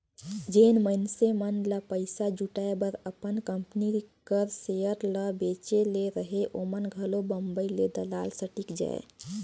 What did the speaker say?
जेन मइनसे मन ल पइसा जुटाए बर अपन कंपनी कर सेयर ल बेंचे ले रहें ओमन घलो बंबई हे दलाल स्टीक जाएं